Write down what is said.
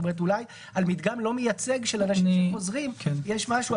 אולי על מדגם לא מייצג של אנשים שחוזרים יש משהו,